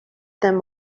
them